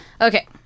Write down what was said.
Okay